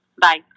Bye